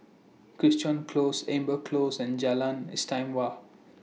Crichton Close Amber Close and Jalan Istimewa